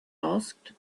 asked